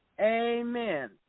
Amen